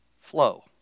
flow